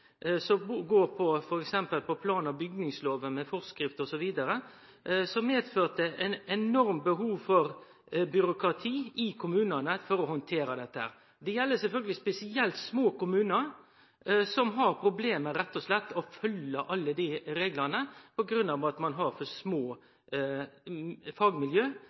som går på f.eks. plan- og bygningsloven, med forskrift osv., som førte med seg eit enormt behov for byråkrati i kommunane for å handtere dette. Det gjeld sjølvsagt spesielt små kommunar som rett og slett har problem med å følgje alle reglane på grunn av at ein har for små fagmiljø